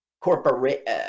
corporate